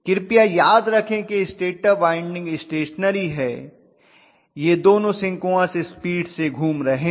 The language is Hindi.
कृपया याद रखें कि स्टेटर वाइंडिंग स्टेशनेरी है ये दोनों सिंक्रोनस स्पीड से घूम रहे हैं